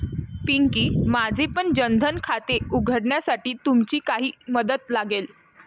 पिंकी, माझेपण जन धन खाते उघडण्यासाठी तुमची काही मदत लागेल